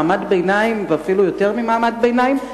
מעמד ביניים ואפילו יותר ממעמד ביניים,